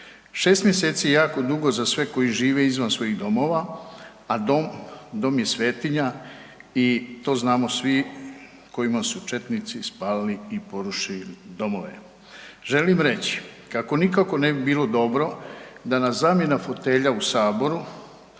6 mj. je jako dugo za sve koji žive izvan svojih domova, a dom je svetinja i to znamo svi kojima su četnici spalili i porušili domove. Želim reći kako nikako ne bi bilo dobro da nas zamjena fotelja u Saboru